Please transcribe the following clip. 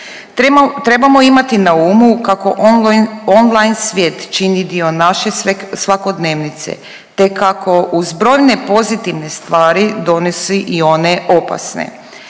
Trebamo imati na umu kako online svijet čini dio naše svakodnevnice, te kako uz brojne pozitivne stvari donosi i one opasne,